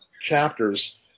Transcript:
chapters